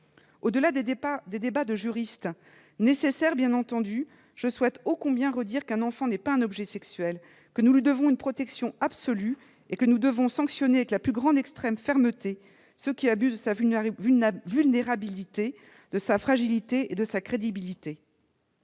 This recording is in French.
Au-delà des débats de juristes, lesquels sont, bien entendu, nécessaires, je souhaite redire avec force qu'un enfant n'est pas un objet sexuel, que nous lui devons une protection absolue et que nous devons sanctionner avec une extrême fermeté ceux qui abusent de sa vulnérabilité, de sa fragilité et de sa crédulité.